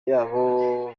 yabo